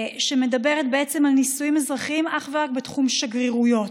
היא מדברת בעצם על נישואין אזרחיים אך ורק בתחומי שגרירויות,